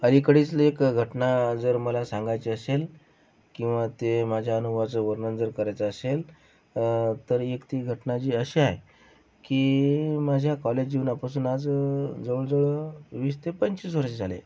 अलीकडेचली एक घटना जर मला सांगायची असेल किंवा ते माझ्या अनुभवाचं वर्णन जर करायचं असेल तर एक ती घटना जी अशी आहे की माझ्या कॉलेज जीवनापासून आज जवळजवळ वीस ते पंचवीस वर्षं झाले